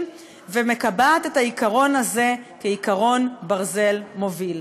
ומקבעת את העיקרון הזה כעקרון ברזל מוביל.